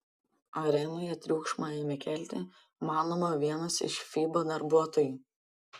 arenoje triukšmą ėmė kelti manoma vienas iš fiba darbuotojų